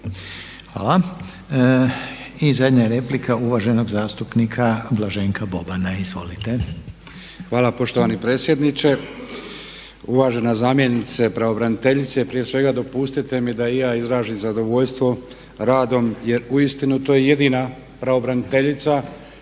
Hvala. I zadnja replika uvaženog zastupnika Blaženka Bobana. Izvolite. **Boban, Blaženko (HDZ)** Hvala poštovani predsjedniče. Uvažena zamjenice pravobraniteljice, prije svega dopustite mi da i ja izrazim zadovoljstvo radom jer uistinu to je jedina pravobraniteljica